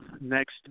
next